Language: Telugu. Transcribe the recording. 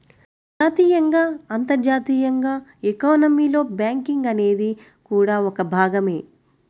జాతీయంగా, అంతర్జాతీయంగా ఎకానమీలో బ్యాంకింగ్ అనేది కూడా ఒక భాగమే